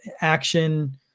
action